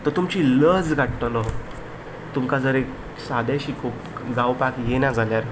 तो तुमची लज काडटलो तुमकां जर एक सादें शिकोपा गावपाक येना जाल्यार